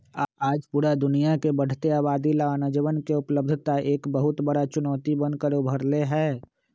आज पूरा दुनिया के बढ़ते आबादी ला अनजवन के उपलब्धता एक बहुत बड़ा चुनौती बन कर उभर ले है